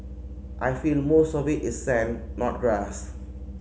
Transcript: I feel most of it is sand not grass